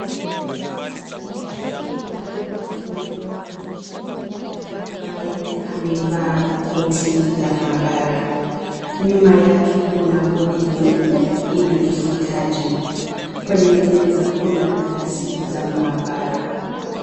Katika hii picha, kuna mwanafunzi wa kike ambaye amevaa koti la maabara. Nyuma yake kuna bodi nyeupe ina kifutaji. Kwenye meza kuna glasi za maabara.